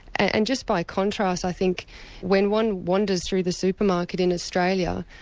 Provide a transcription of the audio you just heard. and just by contrast i think when one wanders through the supermarket in australia,